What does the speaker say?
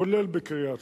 כולל בקריית-שמונה.